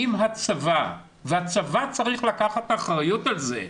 הצבא צריך לקחת אחריות על זה,